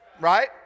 Right